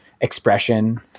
expression